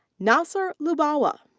nasser lubowa.